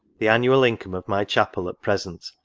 the annual income of my chapel at present,